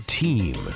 team